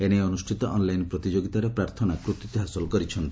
ଏ ନେଇ ଅନୁଷ୍ଷିତ ଅନ୍ଲାଇନ୍ ପ୍ରତିଯୋଗିତାରେ ପ୍ରାର୍ଥନା କୃତୀତ୍ ହାସଲ କରିଛନ୍ତି